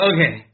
Okay